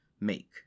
make